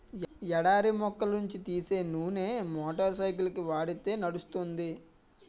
ఎడారి మొక్కల నుంచి తీసే నూనె మోటార్ సైకిల్కి వాడితే నడుస్తుంది